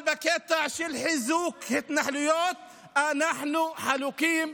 אבל בקטע של חיזוק התנחלויות אנחנו חלוקים,